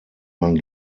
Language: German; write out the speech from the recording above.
man